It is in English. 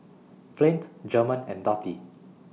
Flint German and Dottie